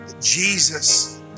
Jesus